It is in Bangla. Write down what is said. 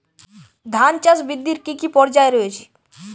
ধান চাষ বৃদ্ধির কী কী পর্যায় রয়েছে?